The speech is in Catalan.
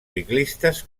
ciclistes